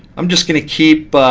i'm just going to keep